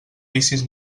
vicis